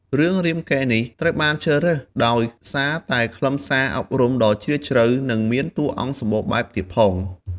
រឿងរាមកេរ្តិ៍នេះត្រូវបានជ្រើសរើសដោយសារតែខ្លឹមសារអប់រំដ៏ជ្រាលជ្រៅ និងមានតួអង្គសម្បូរបែបទៀតផង។